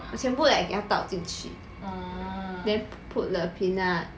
我全部 like 给他倒进去 then put the peanut